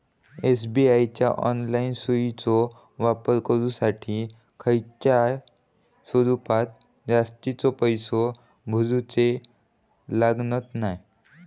SBI च्या online सोयीचो वापर करुच्यासाठी खयच्याय स्वरूपात जास्तीचे पैशे भरूचे लागणत नाय